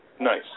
Nice